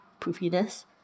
poofiness